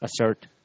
assert